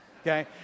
Okay